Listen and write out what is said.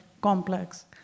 complex